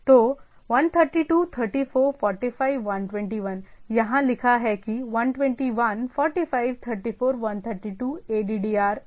तो 132 34 45 121 यहाँ लिखा है कि 121 45 34 132 addr और arpa dot net में